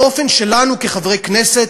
באופן שלנו כחברי כנסת,